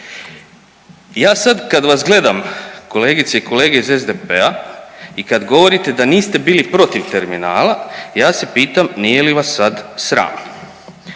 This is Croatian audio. Ja sada kada vas gledam kolegice i kolege iz SDP-a i kada govorite da niste bili protiv terminala ja se pitam nije li vas sada sram?